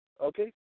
okay